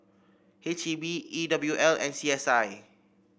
H E B E W L and C S I